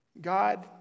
God